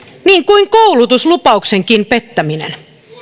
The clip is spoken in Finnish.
niin kuin koulutuslupauksenkin pettäminen